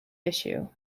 issue